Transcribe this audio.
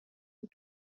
بود